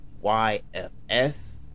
Y-F-S